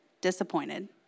Disappointed